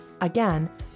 Again